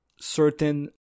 certain